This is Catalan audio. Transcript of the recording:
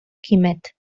quimet